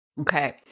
Okay